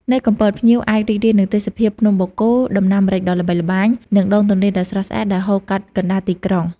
នៅកំពត ភ្ញៀវអាចរីករាយនឹងទេសភាពភ្នំដងរែក ដំណាំម្រេចដ៏ល្បីល្បាញ និងដងទន្លេដ៏ស្រស់ស្អាត ដែលហូរកាត់កណ្តាលទីក្រុង។